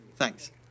Thanks